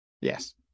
Yes